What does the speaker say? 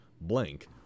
blank